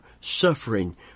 suffering